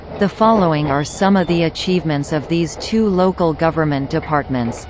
the following are some of the achievements of these two local government departments